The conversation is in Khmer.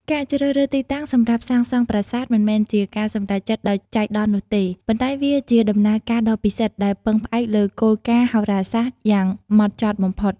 ការជ្រើសរើសទីតាំងសម្រាប់សាងសង់ប្រាសាទមិនមែនជាការសម្រេចចិត្តដោយចៃដន្យនោះទេ ប៉ុន្តែវាជាដំណើរការដ៏ពិសិដ្ឋដែលពឹងផ្អែកលើគោលការណ៍ហោរាសាស្ត្រយ៉ាងហ្មត់ចត់បំផុត។